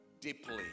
deeply